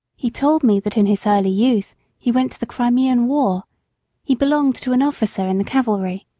he told me that in his early youth he went to the crimean war he belonged to an officer in the cavalry,